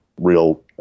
real